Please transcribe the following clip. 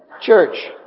church